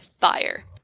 fire